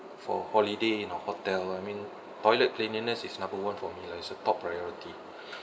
for holiday in a hotel I mean toilet cleanliness is number one for me lah it's a top priority